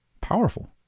powerful